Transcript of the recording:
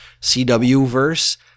CW-verse